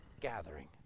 gathering